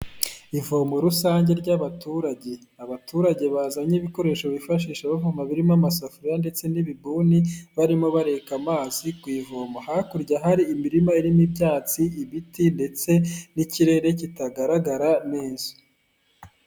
Ivomo rusange ry'abaturage, abaturage bazanye ibikoresho bifashisha bavoma birimo amasafuriya ndetse n'ibibuni barimo bareka amazi ku ivomo, hakurya hari imirima irimo ibyatsi, ibiti ndetse n'ikirere kitagaragara neza.